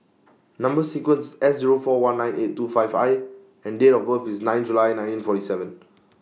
Number sequence S Zero four one nine eight two five I and Date of birth IS nine July nineteen forty seven